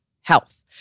health